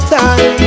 time